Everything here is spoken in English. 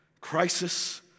crisis